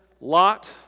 Lot